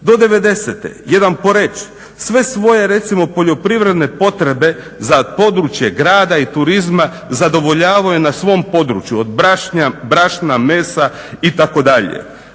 Do '90.-te jedan Poreč sve svoje recimo poljoprivredne potrebe za područje grada i turizma zadovoljavao je na svom području od brašna, mesa itd.